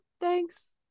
Thanks